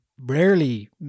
rarely